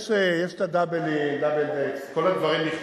יש ה"דאבלים", Double Decks, כל הדברים נכנסים.